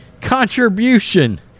contribution